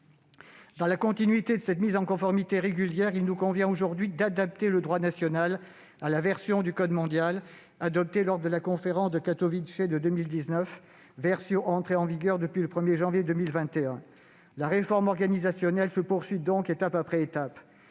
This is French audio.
Dans la continuité de cette mise en conformité régulière, il nous revient aujourd'hui d'adapter le droit national à la version du code mondial adoptée lors de la conférence mondiale de Katowice de 2019, version entrée en vigueur depuis le 1 janvier 2021. La réforme organisationnelle se poursuit donc, étape après étape.